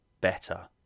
better